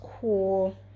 cool